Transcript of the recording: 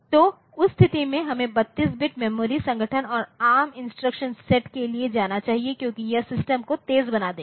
तो उस स्थिति में हमें 32 बिट मेमोरी संगठन और एआरएम इंस्ट्रक्शन सेट के लिए जाना चाहिए क्योंकि यह सिस्टम को तेज बना देगा